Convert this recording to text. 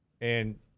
And-